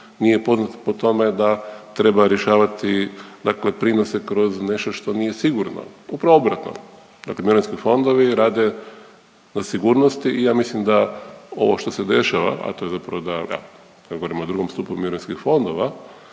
nije poznato po tome da treba rješavati dakle prinose kroz nešto što nije sigurno. Upravo obratno, dakle mirovinski fondovi rade o sigurnosti i ja mislim da ovo što se dešava, a to je zapravo da kad govorimo o II. stupu mirovinskih fondova